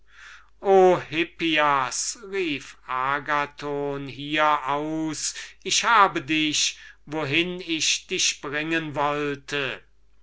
rief agathon hier aus ich habe dich wohin ich dich bringen wollte